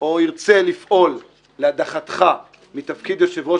או ירצה לפעול להדחתך מתפקיד יושב-ראש